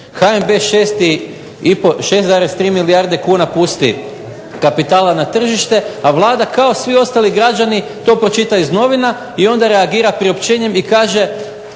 HNB 6,3 milijarde kuna pusti kapitala na tržište, a Vlada kao svi ostali građani to pročita iz novina i onda reagira priopćenjem i kaže